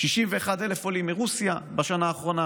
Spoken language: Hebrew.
61,000 עולים מרוסיה בשנה האחרונה,